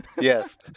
Yes